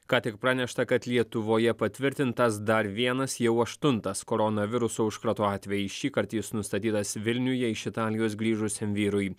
ką tik pranešta kad lietuvoje patvirtintas dar vienas jau aštuntas koronaviruso užkrato atvejis šįkart jis nustatytas vilniuje iš italijos grįžusiam vyrui